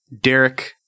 Derek